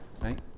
right